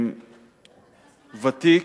ותיק.